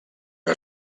que